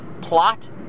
Plot